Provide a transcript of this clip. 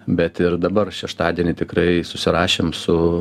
bet ir dabar šeštadienį tikrai susirašėm su